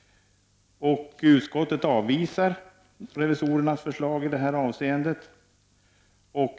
Utskottet avvisar revisorernas förslag i detta avseende.